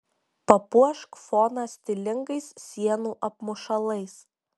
papuošk foną stilingais sienų apmušalais